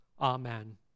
Amen